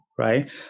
Right